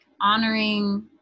honoring